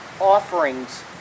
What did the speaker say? offerings